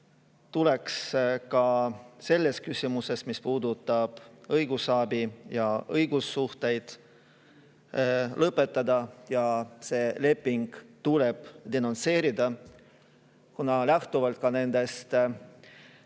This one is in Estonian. tuleks ka selles küsimuses, mis puudutab õigusabi ja õigussuhteid, lõpetada ja see leping tuleb denonsseerida. Kuna lähtuvalt nendest mõistetest,